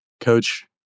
Coach